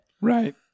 right